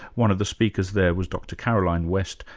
one of the speakers there was dr caroline west,